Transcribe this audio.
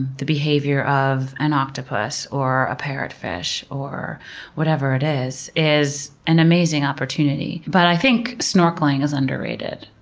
the behavior of an octopus or a parrotfish or whatever it is, is an amazing opportunity. but i think snorkeling is underrated.